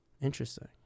Interesting